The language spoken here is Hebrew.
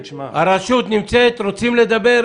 הרשות, רוצים לדבר?